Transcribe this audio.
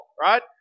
right